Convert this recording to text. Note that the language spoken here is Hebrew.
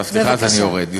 סליחה, אז אני יורד.